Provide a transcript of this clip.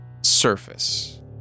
surface